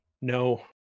no